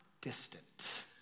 distant